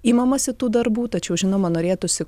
imamasi tų darbų tačiau žinoma norėtųsi